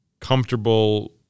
comfortable